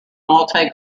multi